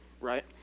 right